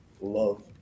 love